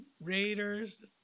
Raiders